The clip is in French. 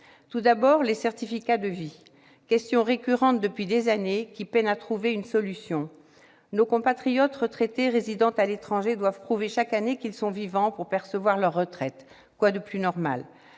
tout d'abord, sur les « certificats de vie », question récurrente depuis des années, qui peine à trouver une solution. Nos compatriotes retraités résidant à l'étranger doivent prouver chaque année qu'ils sont vivants pour percevoir leur retraite. Quoi de plus normal ?